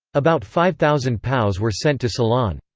about five thousand pows were sent to ceylon.